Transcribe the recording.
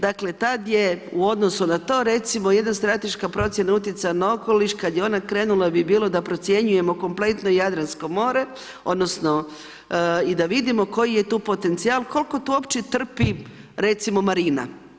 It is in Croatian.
Dakle, tada je u odnosu na to jedna strateška procjena utjecaja na okoliš kada je ona krenula je bila, da procjenjujemo kompletno Jadransko more, odnosno, da vidimo koji je tu potencijal, koliko tu uopće trpi recimo marina.